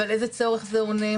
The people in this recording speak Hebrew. ועל איזה צורך זה עונה.